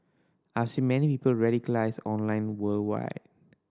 I've seen many people radicalised online worldwide